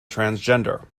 transgender